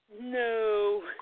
No